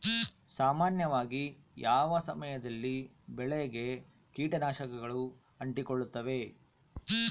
ಸಾಮಾನ್ಯವಾಗಿ ಯಾವ ಸಮಯದಲ್ಲಿ ಬೆಳೆಗೆ ಕೇಟನಾಶಕಗಳು ಅಂಟಿಕೊಳ್ಳುತ್ತವೆ?